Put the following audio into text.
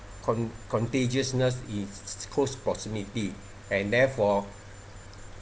con~ contagiousness in close proximity and therefore